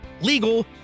legal